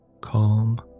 Calm